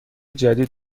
جدید